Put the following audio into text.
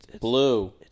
Blue